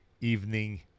evening